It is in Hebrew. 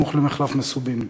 סמוך למחלף מסובים.